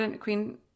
Queen